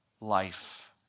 life